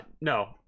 no